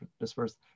dispersed